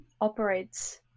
operates